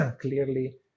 clearly